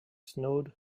snowed